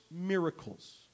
miracles